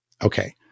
Okay